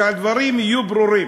שהדברים יהיו ברורים.